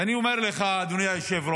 ואני אומר לך, אדוני היושב-ראש,